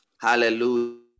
Hallelujah